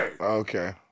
Okay